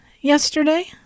yesterday